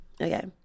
Okay